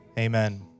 Amen